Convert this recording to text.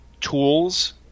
tools